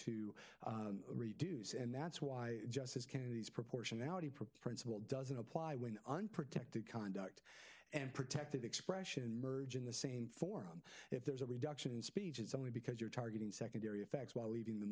to reduce and that's why justice kennedy's proportionality principle doesn't apply when unprotected conduct and protected expression merge in the same forum if there is a reduction in speech it's only because you're targeting secondary effects while leaving the